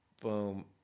Boom